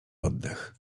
oddech